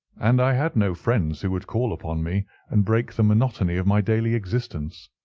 and i had no friends who would call upon me and break the monotony of my daily existence.